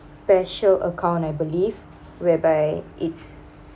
special account I believe whereby it's